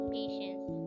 patience